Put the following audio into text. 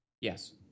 Yes